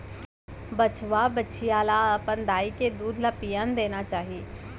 बछवा, बछिया ल अपन दाई के दूद ल पियन देना चाही